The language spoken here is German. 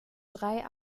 drei